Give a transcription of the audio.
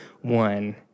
one